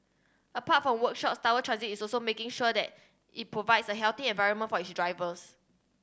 apart from workshop Tower Transit is also making sure that it provides a healthy environment for its drivers